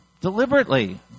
deliberately